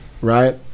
right